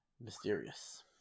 mysterious